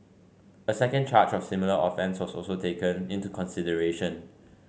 a second charge of similar offence also taken into consideration